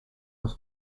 was